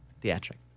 theatric